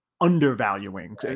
undervaluing